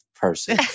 person